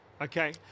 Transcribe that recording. Okay